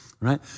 right